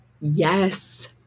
yes